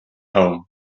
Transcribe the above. home